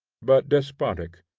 but despotic,